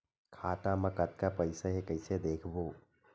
खाता मा कतका पईसा हे कइसे देखबो?